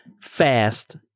fast